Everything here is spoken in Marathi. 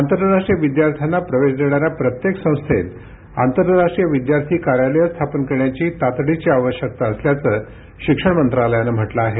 आंतरराष्ट्रीय विद्यार्थ्यांना प्रवेश देणाऱ्या प्रत्येक संस्थेत आंतरराष्ट्रीय विद्यार्थी कार्यालयं स्थापन करण्याची तातडीची आवश्यकता असल्याचं शिक्षण मंत्रालयानं म्हटलं आहे